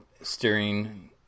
steering